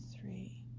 three